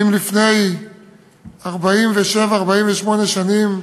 לפני 48-47 שנים,